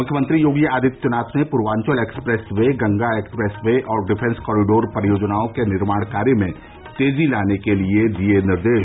मुख्यमंत्री योगी आदित्यनाथ ने Purvanchal expressway Ganga expressway और डिफेंस कॉरीडोर परियोजनाओं के निर्माण कार्य में तेजी लाने के लिए दिए निर्देश